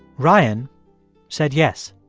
ryan said yes.